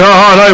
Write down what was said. God